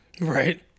right